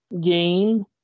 game